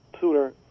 sooner